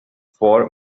for